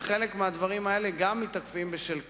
וחלק מהדברים האלה גם מתעכבים בשל כך.